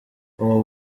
ubu